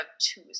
two